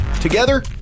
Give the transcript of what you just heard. Together